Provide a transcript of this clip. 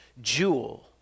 jewel